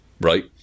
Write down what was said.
right